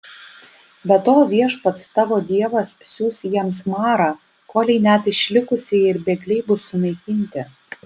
be to viešpats tavo dievas siųs jiems marą kolei net išlikusieji ir bėgliai bus sunaikinti